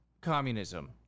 communism